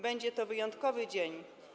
Będzie to wyjątkowy dzień.